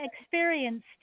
experienced